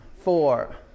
four